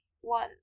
one